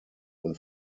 und